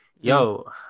yo